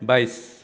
বাইছ